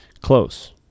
Close